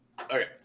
Okay